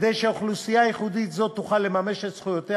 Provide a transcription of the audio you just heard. כדי שאוכלוסייה ייחודית זאת תוכל לממש את זכויותיה